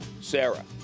Sarah